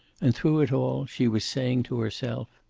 and through it all she was saying to herself,